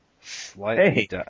Slightly